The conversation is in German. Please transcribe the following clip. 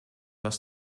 was